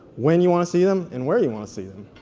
when you want to see them, and where you want to see them.